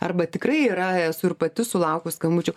arba tikrai yra esu ir pati sulaukus skambučių